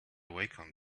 wacom